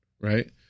right